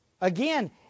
Again